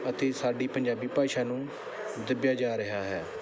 ਅਤੇ ਸਾਡੀ ਪੰਜਾਬੀ ਭਾਸ਼ਾ ਨੂੰ ਦੱਬਿਆ ਜਾ ਰਿਹਾ ਹੈ